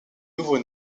nouveau